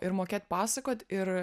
ir mokėt pasakot ir